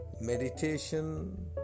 meditation